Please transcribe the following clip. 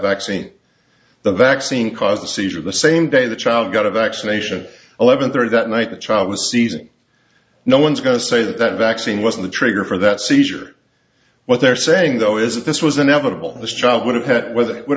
vaccine the vaccine caused a seizure the same day the child got a vaccination eleven thirty that night the child was seizing no one's going to say that that vaccine wasn't a trigger for that seizure what they're saying though is that this was inevitable this trial would have had whether it would